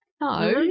No